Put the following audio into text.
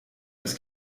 das